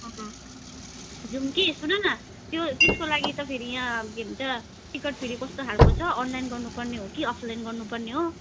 अँ जौँ कि सुन न त्यो त्यसको लागि त फेरि यहाँ के भन्छ टिकट फेरि कस्तो खालको छ अनलाइन गर्नु पर्ने हो कि अफलाइन गर्नु पर्ने हो